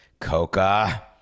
Coca